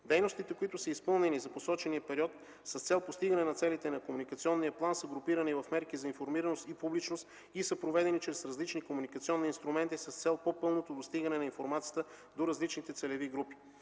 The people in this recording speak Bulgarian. Дейностите, които са изпълнени, за посочения период, с цел постигане на целите на комуникационния план, са групирани в мерки за информираност и публичност и са проведени чрез различни комуникационни инструменти с цел по-пълното достигане на информацията до различните целеви групи.